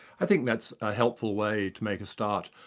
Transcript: i think that's a helpful way to make a start.